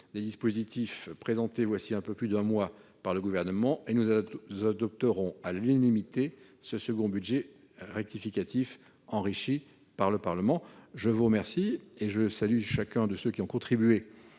des dispositifs présentés voilà un peu plus d'un mois par le Gouvernement et nous adopterons à l'unanimité ce deuxième projet de budget rectificatif enrichi par le Parlement. Je salue chacun de ceux qui ont contribué